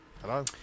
hello